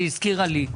היא הזכירה לי.